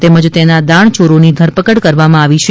તેમજ તેના દાણચોરોની ધરપકડ કરવામાં આવી છે